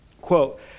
Quote